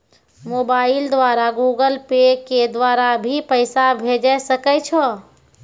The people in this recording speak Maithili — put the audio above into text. मोबाइल द्वारा गूगल पे के द्वारा भी पैसा भेजै सकै छौ?